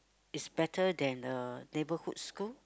is better than the neighborhood school